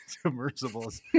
submersibles